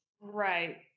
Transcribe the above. Right